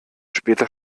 später